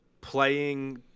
playing